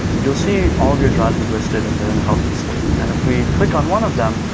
and you'll see all of your drives are listed in their unhealthy state. and if we click on one of them,